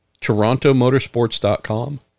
TorontoMotorsports.com